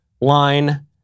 line